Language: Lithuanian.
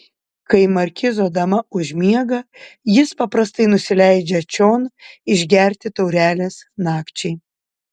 kai markizo dama užmiega jis paprastai nusileidžia čion išgerti taurelės nakčiai